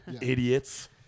idiots